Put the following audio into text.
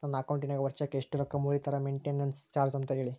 ನನ್ನ ಅಕೌಂಟಿನಾಗ ವರ್ಷಕ್ಕ ಎಷ್ಟು ರೊಕ್ಕ ಮುರಿತಾರ ಮೆಂಟೇನೆನ್ಸ್ ಚಾರ್ಜ್ ಅಂತ ಹೇಳಿ?